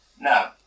No